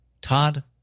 Todd